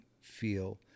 feel